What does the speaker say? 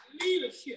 leadership